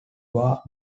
war